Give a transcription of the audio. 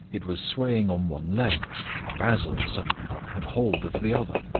it was swaying on one leg basil, somehow, had hold of the other.